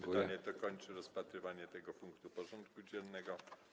Pytanie to kończy rozpatrywanie tego punktu porządku dziennego.